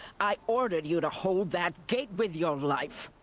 i ordered you to hold that gate with your life!